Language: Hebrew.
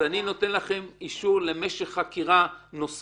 אז אני נותן לכם אישור למשך חקירה נוסף.